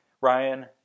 Ryan